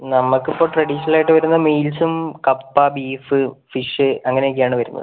നമുക്ക് ഇപ്പം ട്രഡീഷണൽ ആയിട്ട് വരുന്നത് മീൽസും കപ്പ ബീഫ് ഫിഷ് അങ്ങനെ ഒക്കെയാണ് വരുന്നത്